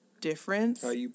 difference